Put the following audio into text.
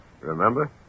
Remember